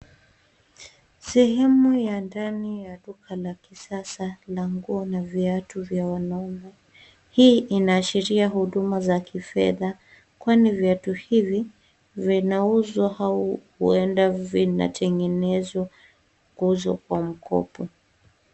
Sehemu ya ndani ya duka la kisasa la nguo na viatu vya wanaume. Hii inaashiria huduma za kifedha, kwani viatu hivi vinauzwa au huenda vinatengenezwa kuuzwa kwa mkopo.